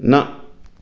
न